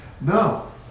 no